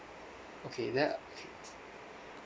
okay th~ okay